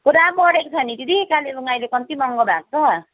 पुरा बढेको छ नि दिदी कालेबुङ अले कम्ती महँगो भएको छ